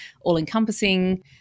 all-encompassing